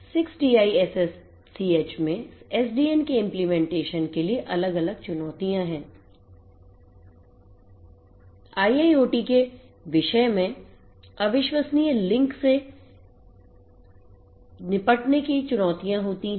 6TiSCH में SDN के implementation के लिए अलग अलग चुनौतियाँ हैं IIoT के विषय में अविश्वसनीय लिंक से निपटने की चुनौतियाँ होती हैं